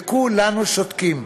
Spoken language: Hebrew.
וכולנו שותקים,